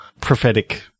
prophetic